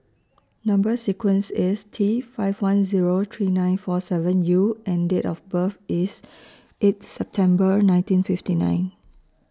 Number sequence IS T five one Zero three nine four seven U and Date of birth IS eighth September nineteen fifty nine